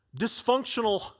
dysfunctional